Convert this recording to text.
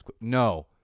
No